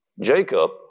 Jacob